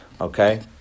okay